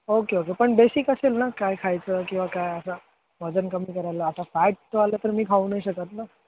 okay okay पण basic असेल ना काय खायचं किंवा काय असं वजन कमी करायला आता फॅटचं आलं तर मी खाऊ नाही शकत ना